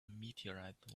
meteorite